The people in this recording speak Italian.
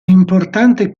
importante